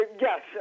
yes